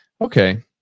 Okay